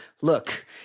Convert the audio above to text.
Look